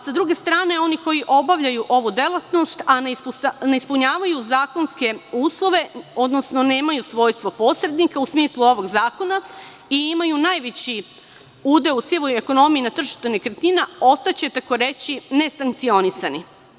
Sa druge strane, oni koji obavljaju ovu delatnost, a ne ispunjavaju zakonske uslove, odnosno nemaju svojstvo posrednika u smislu ovog zakona i imaju najveći udeo u sivoj ekonomiji i na tržištu nekretnina, ostaće, tako reći, ne sankcionisani.